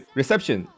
reception